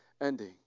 ending